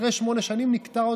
אחרי שמונה שנים נקטע אותו,